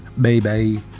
baby